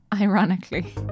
ironically